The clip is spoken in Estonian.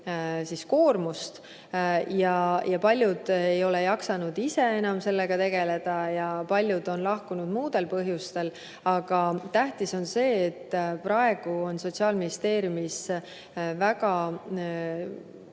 suur koormus ja paljud ei ole jaksanud enam sellega tegeleda. Aga paljud on lahkunud muudel põhjustel. Tähtis on see, et praegu on Sotsiaalministeeriumis väga